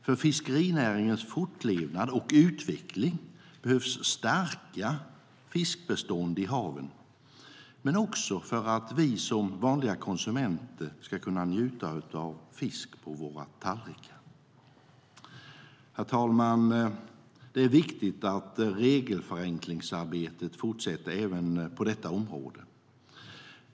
För fiskerinäringens fortlevnad och utveckling behövs starka fiskbestånd i haven, och de behövs även för att vi som vanliga konsumenter ska kunna njuta av fisk på våra tallrikar. Herr talman! Det är viktigt att regelförenklingsarbetet fortsätter även på detta område.